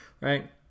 right